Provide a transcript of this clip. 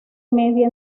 media